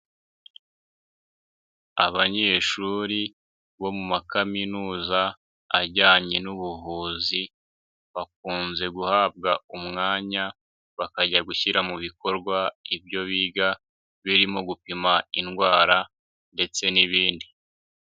Abanyeshuri bo mu makaminuza ajyanye n'ubuvuzi, bakunze guhabwa umwanya bakajya gushyira mu bikorwa ibyo biga, birimo gupima indwara, ndetse n'ibindi.